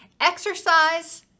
exercise